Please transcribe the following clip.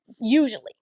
usually